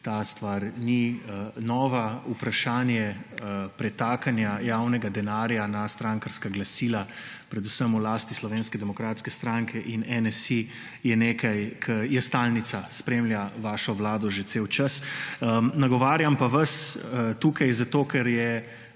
Ta stvar ni nova, vprašanje pretakanja javnega denarja na strankarska glasila, predvsem v lasti Slovenske demokratske stranke in NSi, je nekaj, kar je stalnica, spremlja vašo vlado že ves čas. Nagovarjam pa vas tukaj zato, ker